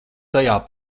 tajā